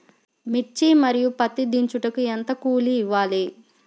మిర్చి మరియు పత్తి దించుటకు ఎంత కూలి ఇవ్వాలి?